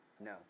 No